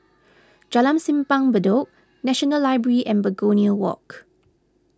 Jalan Simpang Bedok National Library and Begonia Walk